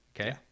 okay